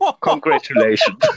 Congratulations